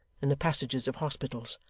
in the passages of hospitals.